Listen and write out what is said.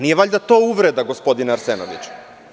Nije valjda to uvreda, gospodine Arsenoviću?